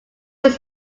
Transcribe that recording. was